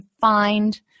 find